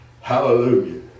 Hallelujah